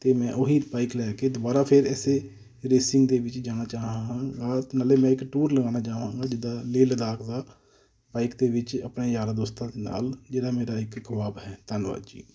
ਅਤੇ ਮੈਂ ਉਹੀ ਬਾਈਕ ਲੈ ਕੇ ਦੁਬਾਰਾ ਫਿਰ ਇਸੇ ਰੇਸਿੰਗ ਦੇ ਵਿੱਚ ਜਾਣਾ ਚਾਹਾਂਗਾ ਨਾਲੇ ਮੈਂ ਇੱਕ ਟੂਰ ਲਗਾਉਣਾ ਚਾਹਾਂਗਾ ਜਿੱਦਾਂ ਲੇਹ ਲਦਾਖ ਦਾ ਬਾਈਕ ਦੇ ਵਿੱਚ ਆਪਣੇ ਯਾਰਾਂ ਦੋਸਤਾਂ ਦੇ ਨਾਲ ਜਿਹੜਾ ਮੇਰਾ ਇੱਕ ਖ਼ਵਾਬ ਹੈ ਧੰਨਵਾਦ ਜੀ